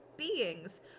beings